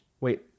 Wait